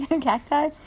Cacti